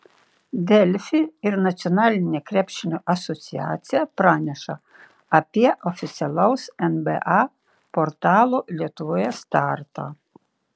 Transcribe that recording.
delfi ir nacionalinė krepšinio asociacija praneša apie oficialaus nba portalo lietuvoje startą